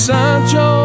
Sancho